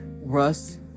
Russ